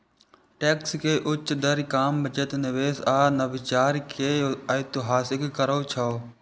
tax के उच्च दर काम, बचत, निवेश आ नवाचार कें हतोत्साहित करै छै